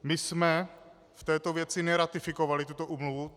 My jsme v této věci neratifikovali tuto úmluvu.